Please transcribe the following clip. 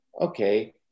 okay